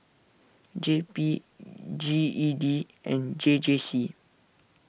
J P G E D and J J C